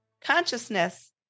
consciousness